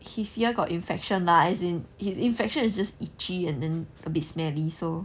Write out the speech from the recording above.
his ear got infection lah as in infection it's just itchy and then a bit smelly so